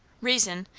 reason!